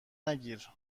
نگیر